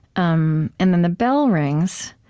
um and then the bell rings,